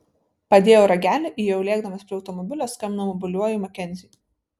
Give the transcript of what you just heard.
padėjau ragelį ir jau lėkdamas prie automobilio skambinau mobiliuoju makenziui